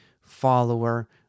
follower